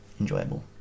enjoyable